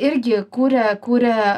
irgi kūrė kūrė